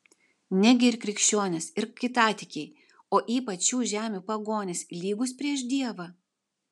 negi ir krikščionys ir kitatikiai o ypač šių žemių pagonys lygūs prieš dievą